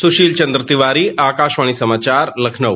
सुशील चंद्र तिवारी आकाशवाणी समाचार लखनऊ